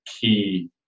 key